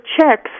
checks